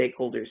stakeholders